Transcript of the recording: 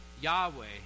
Yahweh